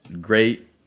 great